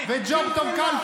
עידית, אתם, את וג'וב טוב כלפון.